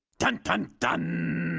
dun dun dun!